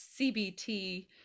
CBT